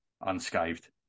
unscathed